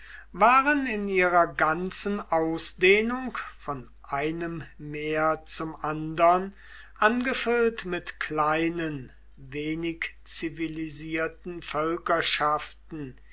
waren in ihrer ganzen ausdehnung von einem meer zum andern angefüllt mit kleinen wenig zivilisierten